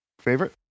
Favorite